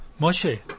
Moshe